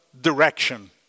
direction